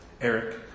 Eric